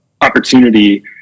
opportunity